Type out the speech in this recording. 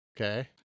Okay